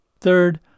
Third